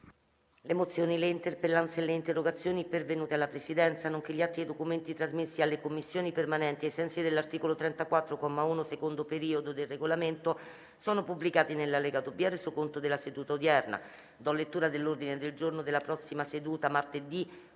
Le mozioni, le interpellanze e le interrogazioni pervenute alla Presidenza, nonché gli atti e i documenti trasmessi alle Commissioni permanenti ai sensi dell'articolo 34, comma 1, secondo periodo, del Regolamento sono pubblicati nell'allegato B al Resoconto della seduta odierna. **Ordine del giorno per la seduta di martedì